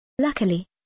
Luckily